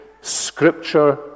Scripture